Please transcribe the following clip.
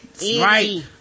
Right